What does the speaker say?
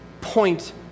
point